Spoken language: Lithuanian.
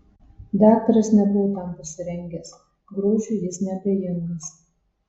daktaras nebuvo tam pasirengęs grožiui jis neabejingas